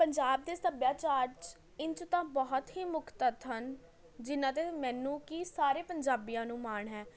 ਪੰਜਾਬ ਦੇ ਸੱਭਿਆਚਾਰ 'ਚ ਇੰਝ ਤਾਂ ਬਹੁਤ ਹੀ ਮੁੱਖ ਤੱਤ ਹਨ ਜਿਨ੍ਹਾਂ 'ਤੇ ਮੈਨੂੰ ਕੀ ਸਾਰੇ ਪੰਜਾਬੀਆਂ ਨੂੰ ਮਾਣ ਹੈ